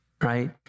right